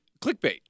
clickbait